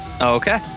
Okay